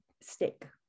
stick